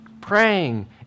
Praying